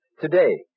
Today